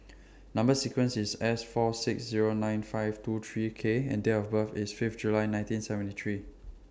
Number sequence IS S four six Zero nine five two three K and Date of birth IS Fifth July nineteen seventy three